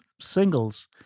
singles